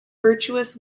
virtuous